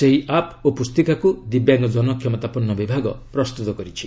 ସେହି ଆପ୍ ଓ ପୁସ୍ତିକାକୁ ଦିବ୍ୟାଙ୍ଗଜନ କ୍ଷମତାପନ୍ନ ବିଭାଗ ପ୍ରସ୍ତୁତ କରିଛି